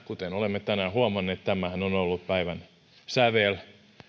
kuten olemme tänään huomanneet tämähän on ollut päivän sävel